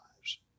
lives